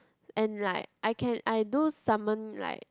and like I can I do summon like